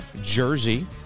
jersey